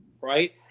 right